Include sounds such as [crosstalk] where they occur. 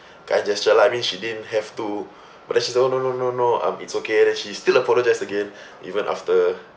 kind gesture lah I mean she didn't have to [breath] but then she no no no no no um it's okay then she still apologised again [breath] even after